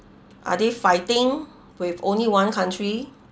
are they fighting with only one country